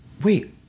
wait